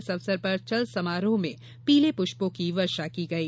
इस अवसर पर चल समारोह में पीले पुष्पों की वर्षा की गई